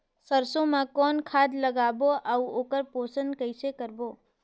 सरसो मा कौन खाद लगाबो अउ ओकर पोषण कइसे करबो?